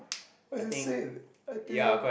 as in sale I didn't